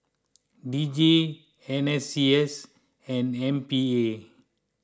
D J N S C S and M P A